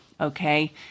Okay